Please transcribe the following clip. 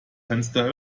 fenster